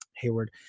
Hayward